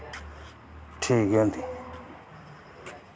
ठीक ऐ